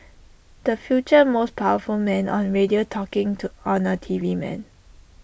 the future most powerful man on radio talking on A T V man